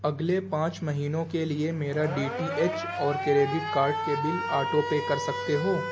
اگلے پانچ مہینوں کے لیے میرا ڈی ٹی ایچ اور کریڈٹ کارڈ کے بل آٹو پے کر سکتے ہو